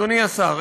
אדוני השר,